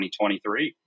2023